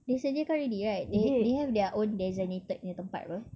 they sediakan already right they they have their own designated punya tempat [pe]